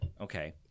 Okay